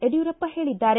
ಯಡ್ಕೂರಪ್ಪ ಹೇಳಿದ್ದಾರೆ